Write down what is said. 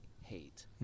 hate